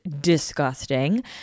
disgusting